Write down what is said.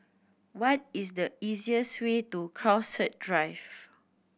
what is the easiest way to Crowhurst Drive